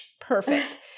Perfect